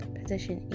position